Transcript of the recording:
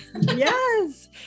Yes